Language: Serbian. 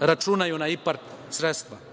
računaju na IPARD sredstva.